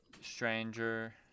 stranger